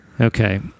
Okay